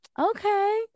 okay